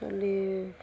চলি